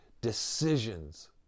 decisions